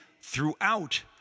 throughout